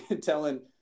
telling